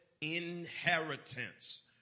inheritance